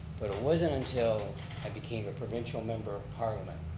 but it wasn't until i became a provincial member of parliament